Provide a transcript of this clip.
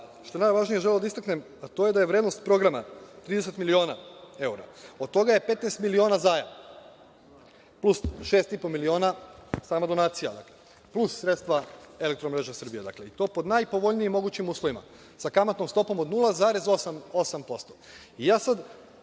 što je najvažnije, želeo bih da istaknem da je vrednost programa 30 miliona evra. Od toga je 15 miliona zajam plus 6,5 miliona strana donacija, plus sredstva „Elektromreža Srbije“, i to pod najpovoljnijim mogućim uslovima, sa kamatnom stopom od 0,8%. Sada